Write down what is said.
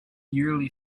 yearly